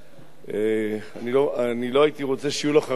אני לא הייתי רוצה שיהיו לך הרבה מנדטים,